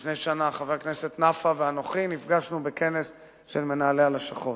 לפני שנה חבר הכנסת נפאע ואנוכי נפגשנו בכנס של מנהלי הלשכות.